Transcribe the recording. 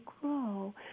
grow